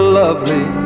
lovely